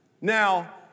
Now